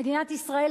מדינת ישראל,